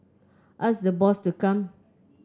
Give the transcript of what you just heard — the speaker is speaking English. ask the boss to come